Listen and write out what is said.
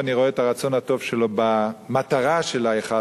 ואני רואה את הרצון הטוב שלו במטרה של ההיכל,